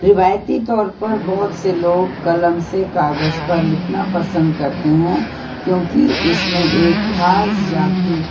روایتی طور پر بہت سے لوگ قلم سے کاغذ پر لکھنا پسند کرتے ہیں کیونکہ اس میں ایک خاص جاتی